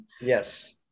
Yes